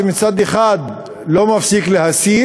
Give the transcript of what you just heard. שמצד אחד לא מפסיק להסית,